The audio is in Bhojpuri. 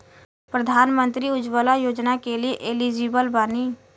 प्रधानमंत्री उज्जवला योजना के लिए एलिजिबल बानी?